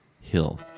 Hill